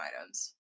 items